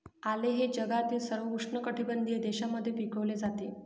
आले हे जगातील सर्व उष्णकटिबंधीय देशांमध्ये पिकवले जाते